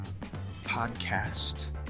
Podcast